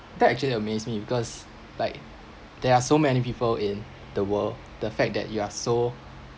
that actually amazed me because like there are so many people in the world the fact that you are so